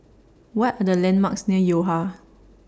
What Are The landmarks near Yo Ha